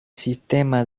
sistema